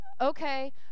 Okay